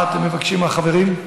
מה אתם מבקשים, החברים?